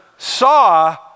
saw